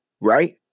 right